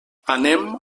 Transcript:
anem